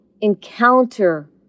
encounter